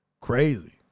crazy